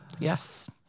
Yes